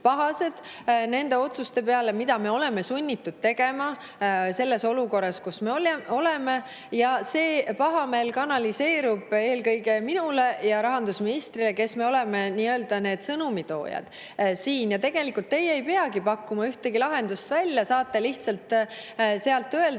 nende otsuste peale, mida me oleme sunnitud tegema selles olukorras, kus me oleme, ja see pahameel kanaliseerub eelkõige minule ja rahandusministrile, kes me oleme nii-öelda sõnumitoojad siin. Tegelikult teie ei peagi pakkuma ühtegi lahendust välja, saate lihtsalt sealt öelda,